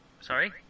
Sorry